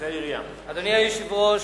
אדוני היושב-ראש,